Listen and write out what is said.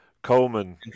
Coleman